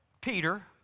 Peter